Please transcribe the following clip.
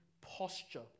posture